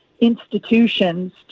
institutions